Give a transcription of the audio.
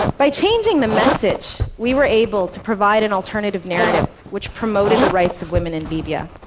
by changing the message, we were able to provide an alternative narrative which promoted the rights of women in libya.